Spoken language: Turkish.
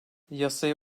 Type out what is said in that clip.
yasaya